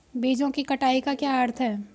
बीजों की कटाई का क्या अर्थ है?